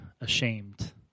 ashamed